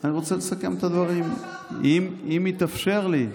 אני רוצה לסכם את הדברים, אם יתאפשר לי.